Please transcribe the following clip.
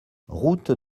route